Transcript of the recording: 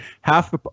half